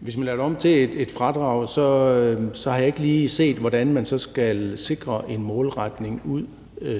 Hvis man laver det om til et fradrag, kan jeg ikke lige se, hvordan man så skal sikre en målretning ud